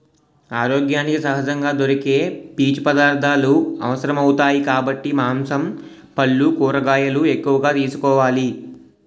ఆరోగ్యానికి సహజంగా దొరికే పీచు పదార్థాలు అవసరమౌతాయి కాబట్టి మాంసం, పల్లు, కూరగాయలు ఎక్కువగా తీసుకోవాలి